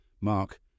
Mark